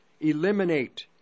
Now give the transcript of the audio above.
eliminate